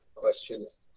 questions